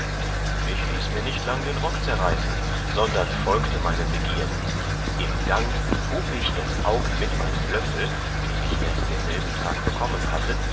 ich ließ mir nicht lang den rock zerreißen sondern folgte meinen begierden im gang hub ich das aug mit meinem löffel den ich erst denselben tag bekommen hatte